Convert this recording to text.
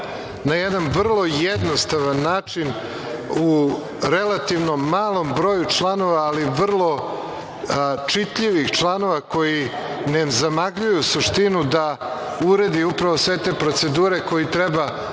na jedan vrlo jednostavan način u relativno malom broju članova, ali vrlo čitljivih članova, koji ne zamagljuju suštinu, da uredi upravo sve te procedure koje treba,